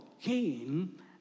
Cain